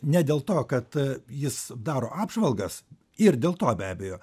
ne dėl to kad jis daro apžvalgas ir dėl to be abejo